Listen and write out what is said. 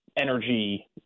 energy –